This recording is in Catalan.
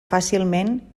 fàcilment